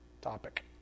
topic